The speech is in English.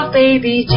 baby